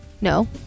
No